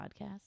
podcast